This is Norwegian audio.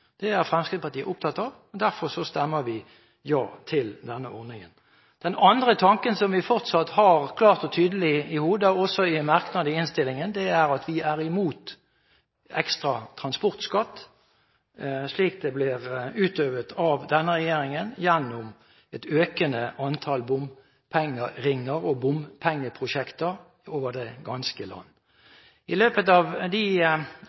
Det er Fremskrittspartiet opptatt av, derfor stemmer vi ja til denne ordningen. Den andre tanken som vi fortsatt har klart og tydelig i hodet, er også i en merknad i innstillingen. Det er at vi er imot ekstra transportskatt, slik det blir utøvet av denne regjeringen gjennom et økende antall bompengeringer og bompengeprosjekter over det ganske land. I løpet av de